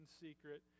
secret